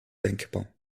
denkbar